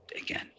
again